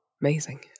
Amazing